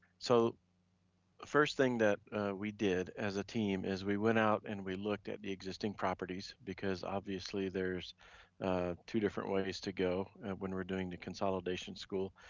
so the first thing that we did as a team, as we went out and we looked at the existing properties, because obviously there's two different ways to go when we're doing the consolidation school.